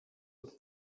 und